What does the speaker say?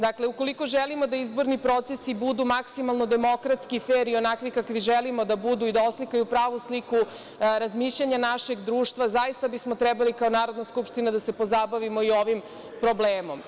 Dakle, ukoliko želimo da izborni procesi budu maksimalno demokratski, fer i onakvi kakvi želimo da budu i da oslikaju pravu sliku razmišljanja našeg društva, zaista bismo trebali kao Narodna skupština da se pozabavimo i ovim problemom.